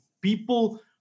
People